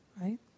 Right